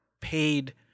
paid